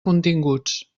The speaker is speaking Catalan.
continguts